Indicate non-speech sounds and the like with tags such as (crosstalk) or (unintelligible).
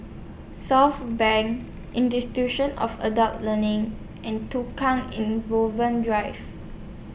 Southbank Institution of Adult Learning and Tukang (unintelligible) Drive